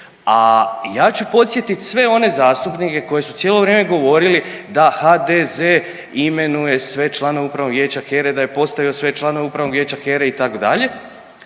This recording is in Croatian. a ja ću podsjetit sve one zastupnike koji su cijelo vrijeme govorili da HDZ imenuje sve članove upravnog vijeća HERA-e, da je postavio sve članove upravnog vijeća HERA-e itd., Zakon